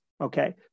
okay